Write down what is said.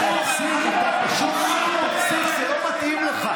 תפסיק, זה לא מתאים לך.